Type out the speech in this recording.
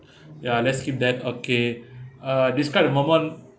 ya let's skip that okay uh describe a moment